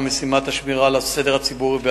מיכאל בן-ארי שאל את השר לביטחון פנים ביום ב'